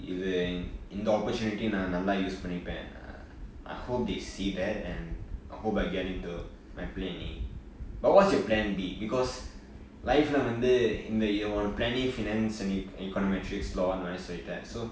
இது இந்த:ithu intha opportunity நா நல்லா:naa nalla use பன்னிப்பேன்:pannipen I hope they see that and hope I get into my plan a but what's your plan b because life வந்து இந்த உன்:vanthu intha un plan a finance and econometrics law அந்த மாதிரி சொல்லிட்டேன்:antha maathiri sollitte so